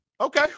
Okay